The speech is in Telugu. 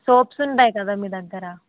సోప్స్ ఉంటాయి కదా మీ దగ్గర